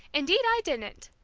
indeed i didn't!